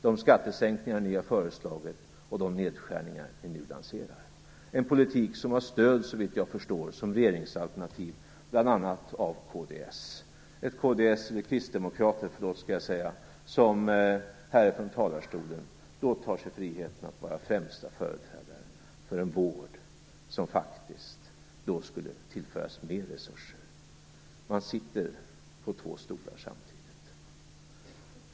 De skattesänkningar som ni har föreslagit och de nedskärningar som ni nu lanserar är en politik som, såvitt jag förstår, har stöd som regeringsalternativ bl.a. hos Kristdemokraterna, som här i talarstolen tar sig friheten att vara främsta företrädare för en vård som faktiskt skulle tillföras mer resurser. Man sitter på två stolar samtidigt.